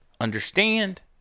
understand